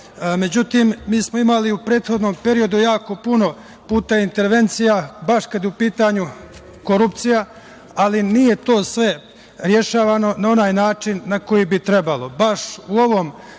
Međutim, mi smo imali u prethodnom periodu jako puno puta intervencije baš kada je u pitanju korupcija, ali nije to sve rešavano na onaj način na koji bi trebalo. Baš